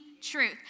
truth